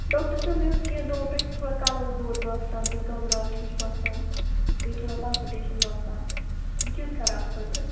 doctor صٲب مےٚ اوس کیٚنٛہہ دۄہو پٮ۪ٹھٕ تھوڑا کَلس دود باسان بیٚیہِ گبراہٹ ہِش باسان بیٚیہِ تھوڑا پلپٕٹیٚشن باسان بہٕ کیٛاہ حظ کَرٕ اَتھ خٲطرٕ